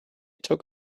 took